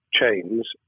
chains